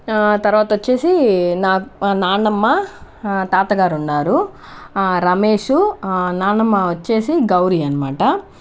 తర్వాత వచ్చేసి నాకు నాన్నమ్మ తాతగారు ఉన్నారు రమేష్ నాన్నమ్మ వచ్చేసి గౌరీ అనమాట